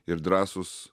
ir drąsūs